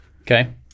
okay